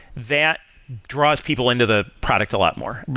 that draws people into the product a lot more.